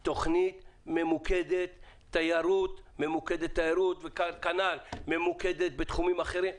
על תכנית ממוקדת תיירות וכנ"ל ממוקדמת בתחומים אחרים.